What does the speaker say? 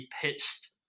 pitched